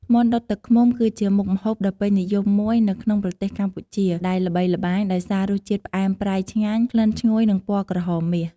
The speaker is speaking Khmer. មាន់ដុតទឹកឃ្មុំ គឺជាមុខម្ហូបដ៏ពេញនិយមមួយនៅក្នុងប្រទេសកម្ពុជា ដែលល្បីល្បាញដោយសាររសជាតិផ្អែមប្រៃឆ្ងាញ់ ក្លិនឈ្ងុយ និងពណ៌ក្រហមមាស។